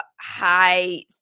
high